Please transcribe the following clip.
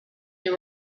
they